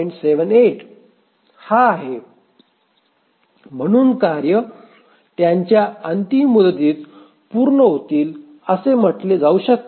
78 हा आहे म्हणून कार्य त्यांच्या अंतिम मुदतीत पूर्ण होतील असे म्हटले जाऊ शकते